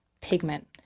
pigment